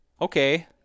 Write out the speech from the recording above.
okay